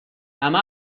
همه